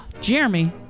Jeremy